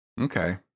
Okay